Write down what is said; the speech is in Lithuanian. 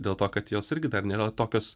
dėl to kad jos irgi dar nėra tokios